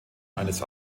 eines